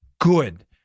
good